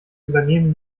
übernehmen